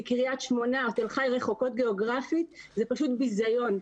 קריית שמונה או תל חי רחוקות גיאוגרפית זה ביזיון.